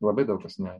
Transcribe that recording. labai daug kas nea